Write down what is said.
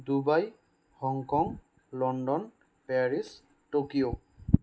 Dubai Hong Kong London Paris Tokyo